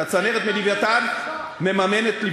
את הצנרת מ"לווייתן" מממנת,